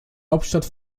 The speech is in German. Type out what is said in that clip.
hauptstadt